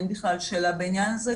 אין בכלל שאלה בעניין הזה,